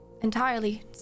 entirely